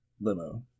limo